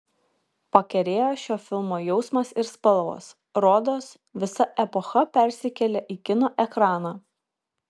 pakerėjo šio filmo jausmas ir spalvos rodos visa epocha persikėlė į kino ekraną